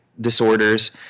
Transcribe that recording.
disorders